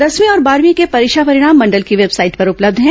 दसवी और बारहवी के परीक्षा परिणाम मंडल की वेबसाइट पर उपलब्ध है